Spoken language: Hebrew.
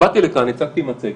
באתי לכאן, הצגתי מצגת,